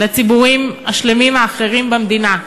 לציבורים השלמים האחרים במדינה,